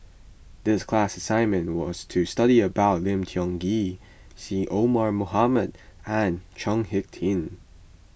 the class assignment was to study about Lim Tiong Ghee Syed Omar Mohamed and Chao Hick Tin